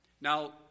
Now